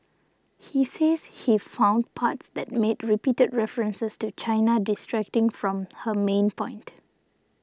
he says he found parts that made repeated references to China distracting from her main point